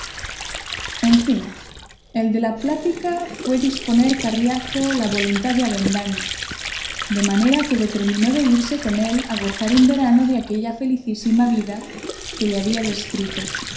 en fin el de la plática fue disponer carriazo la voluntad de avendaño de manera que determinó de irse con él a gozar un verano de aquella felicísima vida que le había descrito